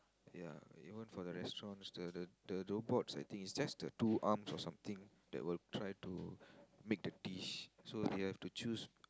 ya even for the restaurants the the the robots I think is just the two arms or something that will try to make the dish so they have to choose